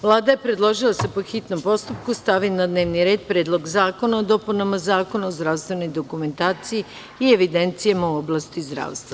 Vlada je predložila da se, po hitnom postupku, stavi na dnevni red Predlog zakona o dopunama Zakona o zdravstvenoj dokumentaciji i evidencijama u oblasti zdravstva.